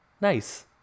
nice